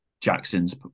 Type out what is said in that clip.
Jackson's